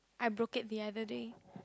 I broke it the other day